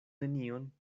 nenion